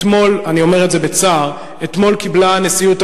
אתמול קיבלה נשיאות,